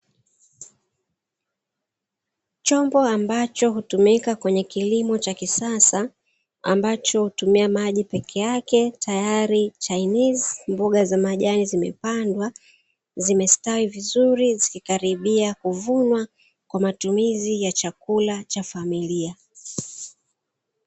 Chombo ambacho hutumika kwenye kilimo cha kisasa ambacho hutumia maji peke yake, tayari chainizi mboga za majani zimepandwa zimestawi vizuri zikikaribia kuvunwa kwa matumizi ya chakula cha familia.